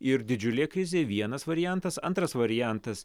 ir didžiulė krizė vienas variantas antras variantas